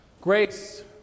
Grace